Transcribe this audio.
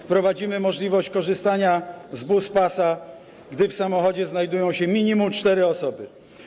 Wprowadzimy możliwość korzystania z buspasa, gdy w samochodzie znajdują się minimum cztery osoby.